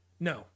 No